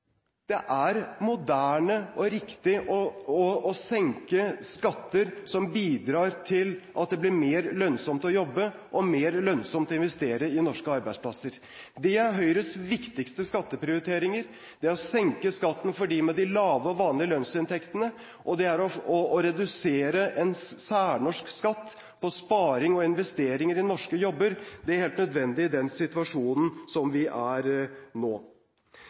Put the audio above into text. det er moderne og riktig å senke skatter som bidrar til at det blir mer lønnsomt å jobbe og mer lønnsomt å investere i norske arbeidsplasser. Høyres viktigste skatteprioriteringer er å senke skatten for dem med de lave og vanlige lønnsinntektene og å redusere en særnorsk skatt på sparing og investeringer i norske jobber. Det er helt nødvendig i den situasjonen som vi er i nå.